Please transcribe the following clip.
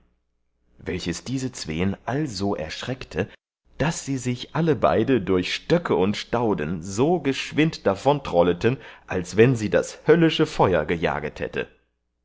welches diese zween also erschreckte daß sie sich alle beide durch stöcke und stauden so geschwind davontrolleten als wann sie das höllische feuer gejaget hätte